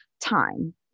time